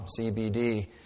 CBD